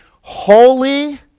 holy